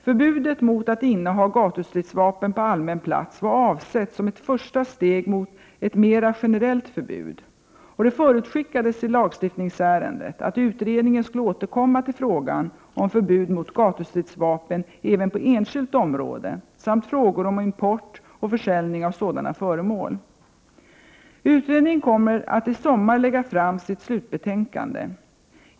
Förbudet mot att inneha gatustridsvapen på allmän plats var avsett som ett första steg mot ett mera generellt förbud, och det förutskickades i lagstiftningsärendet att utredningen skulle återkomma till frågan om förbud mot gatustridsvapen även på enskilt område samt frågor om import och försäljning av sådana föremål. Utredningen kommer i sommar att lägga fram sitt slutbetänkande.